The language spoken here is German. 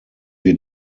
wir